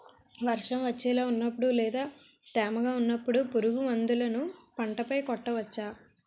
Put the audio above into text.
వర్షం వచ్చేలా వున్నపుడు లేదా తేమగా వున్నపుడు పురుగు మందులను పంట పై కొట్టవచ్చ?